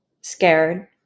scared